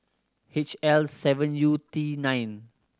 H L seven U T nine